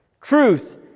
Truth